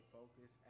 Focus